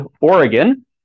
Oregon